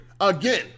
Again